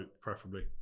preferably